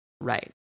Right